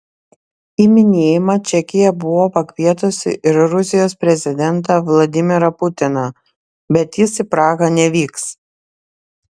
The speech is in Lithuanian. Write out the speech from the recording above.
į minėjimą čekija buvo pakvietusi ir rusijos prezidentą vladimirą putiną bet jis į prahą nevyks